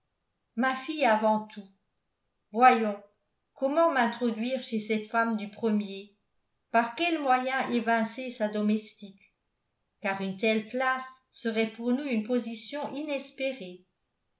ma fille avant tout voyons comment m'introduire chez cette femme du premier par quel moyen évincer sa domestique car une telle place serait pour nous une position inespérée